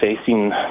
facing